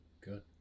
good